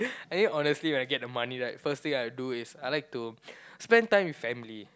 I mean honestly right get the money right first thing I do is I like to spend time with family